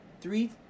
Three